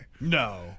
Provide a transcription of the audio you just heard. No